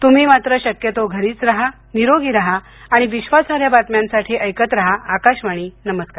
तुम्ही मात्र शक्यतो घरीच राहा निरोगी राहा आणि विश्वासार्ह बातम्यांसाठी ऐकत राहा आकाशवाणी नमस्कार